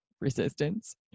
resistance